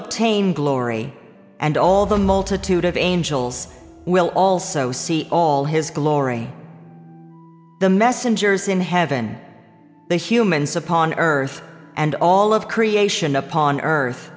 obtain glory and all the multitude of angels will also see all his glory the messengers in heaven the humans upon earth and all of creation upon earth